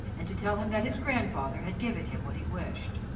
and to tell him that his grand-father had given him what he wished.